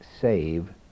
save